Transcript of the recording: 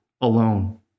alone